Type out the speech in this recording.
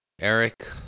Eric